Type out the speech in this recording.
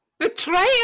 Betrayal